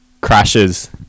Crashes